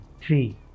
three